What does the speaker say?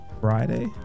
Friday